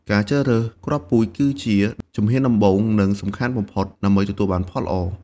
ការជ្រើសរើសគ្រាប់ពូជគឺជាជំហានដំបូង និងសំខាន់បំផុតដើម្បីទទួលបានផលល្អ។